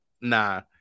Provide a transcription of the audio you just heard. nah